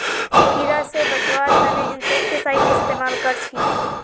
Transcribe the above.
कीड़ा से बचावार तने इंसेक्टिसाइड इस्तेमाल कर छी